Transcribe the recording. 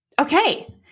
Okay